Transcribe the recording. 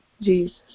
Jesus